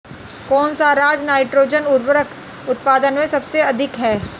कौन सा राज नाइट्रोजन उर्वरक उत्पादन में सबसे अधिक है?